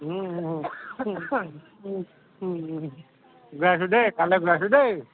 গৈ আছো দেই কাইলৈ গৈ আছো দেই